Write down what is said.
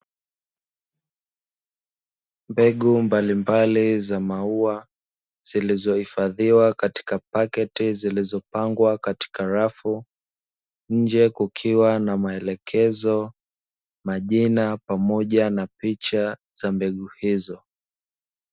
Mbegu mbalimbali za maua zilizohifadhiwa katika paketi zilizopangwa katika rafu, nje kukiwa na maelekezo na jina pamoja na picha za mbegu hizo.